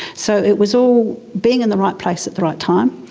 so it was all being in the right place at the right time.